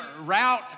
Route